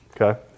Okay